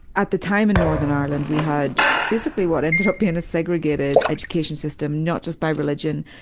at the time in northern ireland we had basically what ended up being a segregated education system not just by religion,